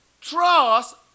Trust